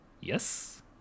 Yes